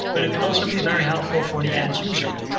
but it can also be very helpful for the end user.